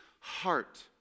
Heart